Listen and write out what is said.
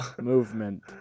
Movement